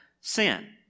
sin